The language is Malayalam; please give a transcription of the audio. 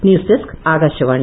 ന്യൂസ്ഡെസ്ക് ആകാശവാണി